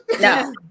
no